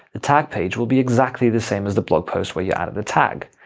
the tag page will be exactly the same as the blog post where you added the tag.